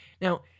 Now